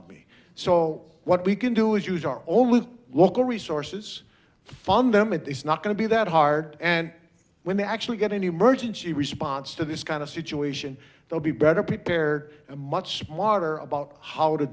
of me so what we can do is use our only local resources fundament it's not going to be that hard and when they actually get any emergency response to this kind of situation they'll be better prepared a much smarter about how to